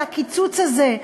על הקיצוץ הזה,